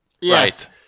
Yes